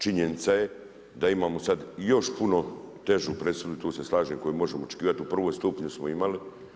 Činjenica je da imao sad i još puno težu presudu i tu se slažem koju možemo očekivati, u prvom stupnju smo imali.